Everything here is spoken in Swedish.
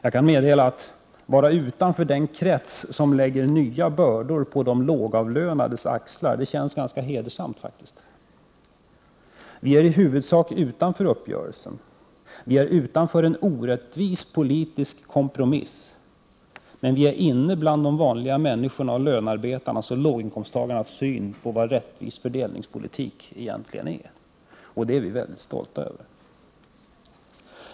Jag kan meddela att det känns ganska hedersamt att vara utanför den krets som lägger nya bördor på de lågavlönades axlar. Vpk är i huvudsak utanför uppgörelsen. Vpk är utanför en orättvis politisk kompromiss. Men vi är tillsammans med de vanliga människorna, lönearbetarna och låginkomsttagarna, när det gäller vår syn på vad en rättvis fördelningspolitik egentligen är, och det är vi mycket stolta över.